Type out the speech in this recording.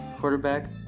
quarterback